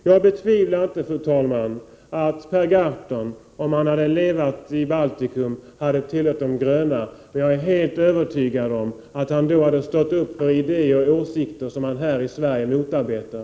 Jag är helt övertygad om, fru talman, att om Per Gahrton hade levat i Baltikum och där tillhört de gröna, så hade han stått upp för idéer och åsikter som han här i Sverige motarbetar.